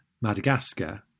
Madagascar